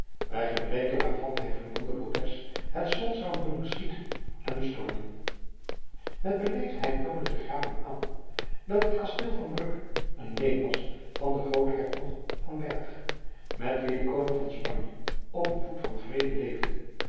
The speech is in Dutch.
bij gebreke waarvan hij fernando lopez het slot zoude doen beschieten en bestormen met beleefdheid toonde de graaf hem aan dat het kasteel van bruck een leen was van den groot-hertog van berg met wien de koning van spanje op een voet van vrede leefde